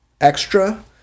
extra